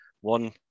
one